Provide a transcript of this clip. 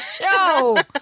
show